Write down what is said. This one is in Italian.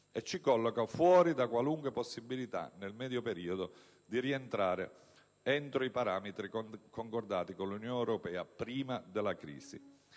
e ci colloca fuori da qualunque possibilità, nel medio periodo, di rientrare entro i parametri concordati con l'Unione europea prima della crisi.